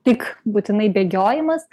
tik būtinai bėgiojimas